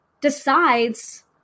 decides